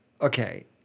Okay